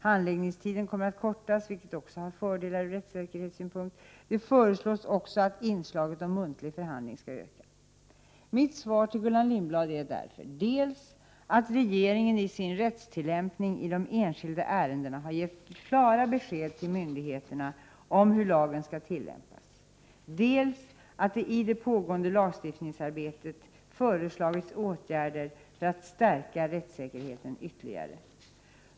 Handläggningstiden kommer att kortas, vilket också har fördelar ur rättssäkerhetssynpunkt. Det föreslås också att inslaget om muntlig förhandling skall ökas. Mitt svar till Gullan Lindblad är därför, dels att regeringen i sin rättstillämpning i de enskilda ärendena gett klara besked till myndigheterna om hur lagen skall tillämpas, dels att det i det pågående lagstiftningsarbetet föreslagits åtgärder för att stärka rättssäkerheten ytterligare.